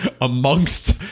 amongst